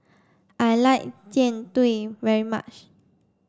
I like Jian Dui very much